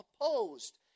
opposed